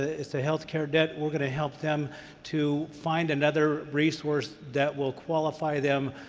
it's a health care debt, we're going to help them to find another resource that will qualify them